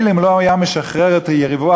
מילא אם הוא לא היה משחרר את יריבו